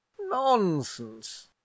nonsense